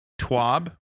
TWAB